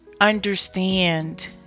understand